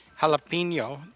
jalapeno